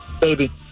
Baby